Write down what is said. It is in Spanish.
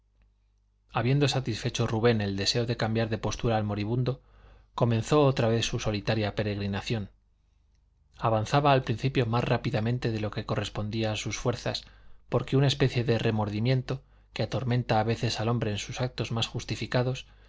habiendo satisfecho rubén el deseo de cambiar de postura al moribundo comenzó otra vez su solitaria peregrinación avanzaba al principio más rápidamente de lo que correspondía sus fuerzas porque una especie de remordimiento que atormenta a veces al hombre en sus actos más justificados